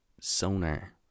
sonar